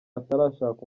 atarashaka